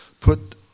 put